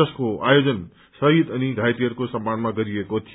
जसको आयोजन शहीद अनि घाइतेहरूको सम्मानमा गरिएको थियो